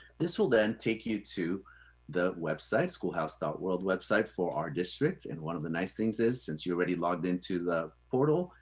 this will then take you to the website schoolhouse world website for our districts. and one of the nice things is, since you're already logged into the portal,